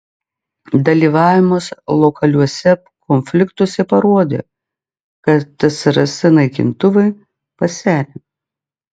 dalyvavimas lokaliuose konfliktuose parodė kad tsrs naikintuvai pasenę